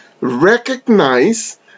recognize